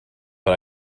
but